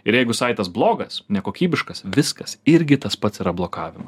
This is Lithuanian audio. ir jeigu saitas blogas nekokybiškas viskas irgi tas pats yra blokavimas